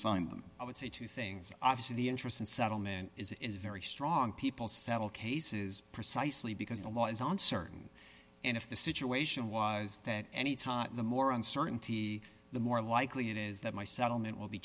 signed them i would say two things obviously the interest in settlement is is very strong people settle cases precisely because the law is uncertain and if the situation was that any time the more uncertainty the more likely it is that my settlement will be